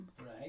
Right